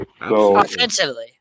Offensively